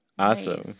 Awesome